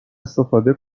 استفاده